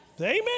Amen